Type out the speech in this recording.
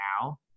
now